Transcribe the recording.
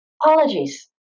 Apologies